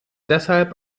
deshalb